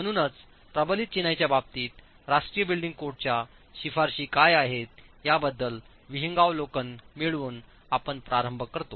म्हणूनच प्रबलित चिनाईच्या बाबतीत राष्ट्रीय बिल्डिंग कोडच्या शिफारशी काय आहेत याबद्दल विहंगावलोकन मिळवून आपण प्रारंभ करतो